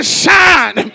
shine